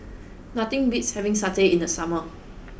nothing beats having satay in the summer